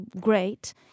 great